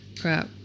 Crap